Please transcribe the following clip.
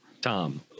Tom